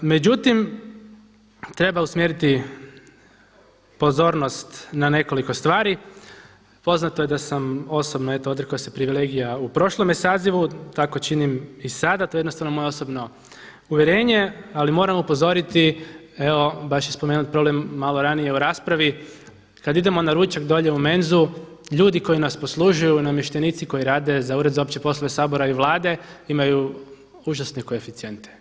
Međutim, treba usmjeriti pozornost na nekoliko stvari, poznato je da sam osobno eto odrekao se privilegija u prošlome sazivu, tako činim i sada to je jednostavno moje osobno uvjerenje ali moram upozoriti evo baš je spomenut problem malo ranije u raspravi kad idemo na ručak dolje u menzu ljudi koji nas poslužuju namještenici koji rade za Ured za opće Sabora i Vlade imaju užasne koeficijente.